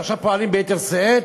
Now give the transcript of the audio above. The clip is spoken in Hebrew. ועכשיו פועלים ביתר שאת,